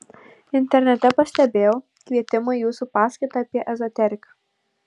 internete pastebėjau kvietimą į jūsų paskaitą apie ezoteriką